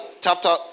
chapter